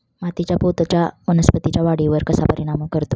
मातीच्या पोतचा वनस्पतींच्या वाढीवर कसा परिणाम करतो?